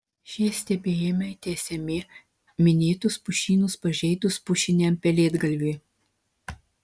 šie stebėjimai tęsiami minėtus pušynus pažeidus pušiniam pelėdgalviui